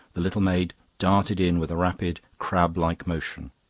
the little maid darted in with a rapid crab-like motion.